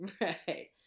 Right